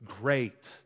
great